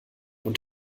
und